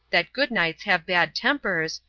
that good knights have bad tempers,